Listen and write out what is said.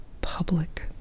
public